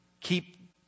keep